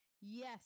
yes